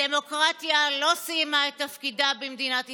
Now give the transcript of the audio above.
הדמוקרטיה לא סיימה את תפקידה במדינת ישראל,